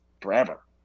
forever